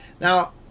Now